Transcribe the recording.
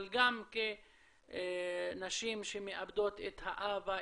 אבל גם כנשים שמאבדות את האבא,